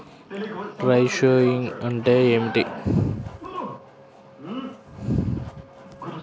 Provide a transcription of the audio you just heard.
Dry sowing అంటే ఏమిటి?